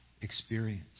experience